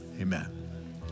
Amen